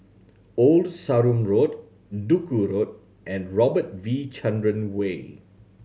Old Sarum Road Duku Road and Robert V Chandran Way